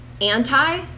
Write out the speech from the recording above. anti